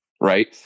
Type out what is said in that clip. Right